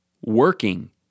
working